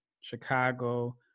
Chicago